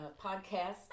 podcast